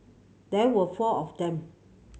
there were four of them